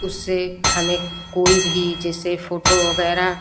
उससे हमें कोई भी जैसे फोटो वगैरह